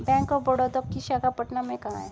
Bank of Baroda की शाखा पटना में कहाँ है?